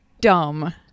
dumb